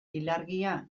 ilargia